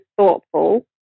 thoughtful